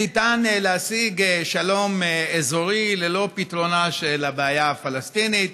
אפשר להשיג שלום אזורי ללא פתרון הבעיה הפלסטינית.